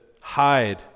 hide